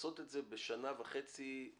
הבעיה היא שלעשות את זה בשנה וחצי בלבד...